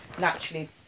naturally